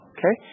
Okay